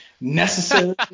Necessary